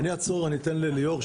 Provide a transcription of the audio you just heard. אני אעצור ואתן לליאור,